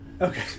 Okay